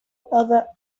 over